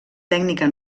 tècnica